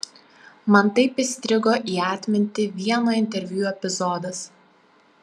man taip įstrigo į atmintį vieno interviu epizodas